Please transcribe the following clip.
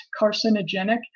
carcinogenic